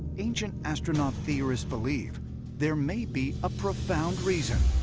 ancient astronaut theorists believe there may be a profound reason